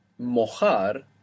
Mojar